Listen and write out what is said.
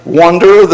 wonder